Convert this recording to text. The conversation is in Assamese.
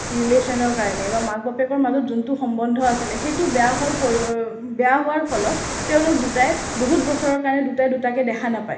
ৰিলেশ্ব্যনৰ কাৰণে বা মাক বাপেকৰ মাজত যোনটো সমন্ধ আছিলে সেইটো বেয়া হোৱাৰ পৰি বেয়া হোৱাৰ ফলত তেওঁলোক দুটাই বহুত বছৰৰ কাৰণে দুটাই দুটাকে দেখা নাপায়